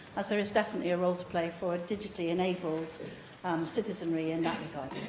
as there is definitely a role to play for digitally enabled citizenry in that regard.